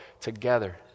together